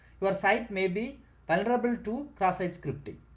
your site, maybe vulnerable to cross-site scripting,